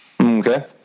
Okay